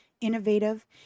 innovative